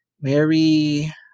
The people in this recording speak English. Mary